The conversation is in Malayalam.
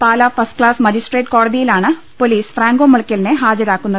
പാലാ ഫസ്റ്റ് ക്ലാസ് മജിസ്ട്രേറ്റ് കോടതിയിലാണ് പൊലീസ് ഫ്രാങ്കോ മുളയ്ക്കലിനെ ഹാജരാക്കുന്നത്